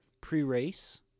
pre-race